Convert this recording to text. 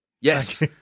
Yes